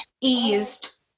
eased